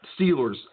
Steelers